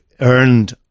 earned